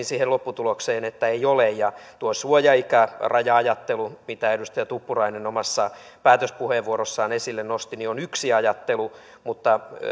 siihen lopputulokseen että ei ole tuo suojaikäraja ajattelu mitä edustaja tuppurainen omassa päätöspuheenvuorossaan esille nosti on yksi ajattelu mutta